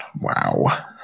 Wow